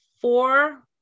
four